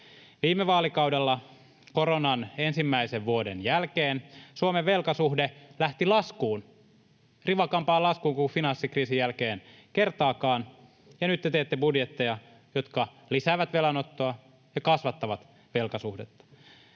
Viime vaalikaudella, koronan ensimmäisen vuoden jälkeen, Suomen velkasuhde lähti laskuun, rivakampaan laskuun kuin finanssikriisin jälkeen kertaakaan, ja nyt te teette budjetteja, jotka lisäävät velanottoa ja kasvattavat velkasuhdetta.